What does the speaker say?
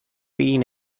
been